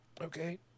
okay